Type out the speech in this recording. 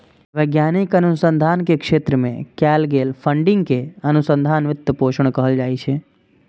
वैज्ञानिक अनुसंधान के क्षेत्र मे कैल गेल फंडिंग कें अनुसंधान वित्त पोषण कहल जाइ छै